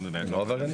הם לא עבריינים.